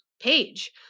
Page